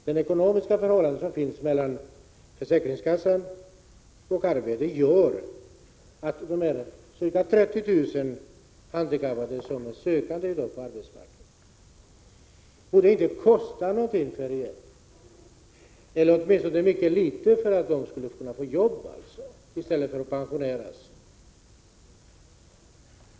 Det ekonomiska förhållande som finns mellan försäkringskassa och arbete gör att ca 30 000 handikappade står som sökande på arbetsmarknaden i dag. Men det kostar inte någonting — eller åtminstone mycket litet — för regeringen att se till att de kan få ett jobb i stället för att pensioneras.